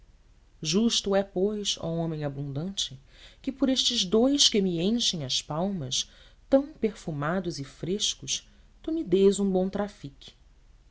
justo é pois ó homem abundante que por estes dous que me enchem as palmas tão perfumados e frescos tu me dês um bom